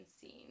seen